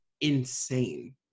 insane